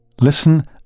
Listen